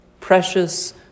Precious